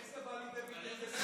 איך זה בא לידי ביטוי,